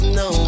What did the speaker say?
no